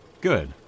Good